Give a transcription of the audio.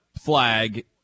flag